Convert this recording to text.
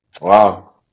Wow